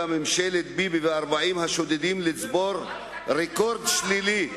ממשלת ביבי ו-40 השודדים לצבור רקורד שלילי,